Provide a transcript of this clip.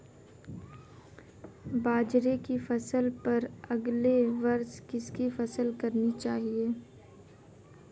बाजरे की फसल पर अगले वर्ष किसकी फसल करनी चाहिए?